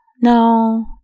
no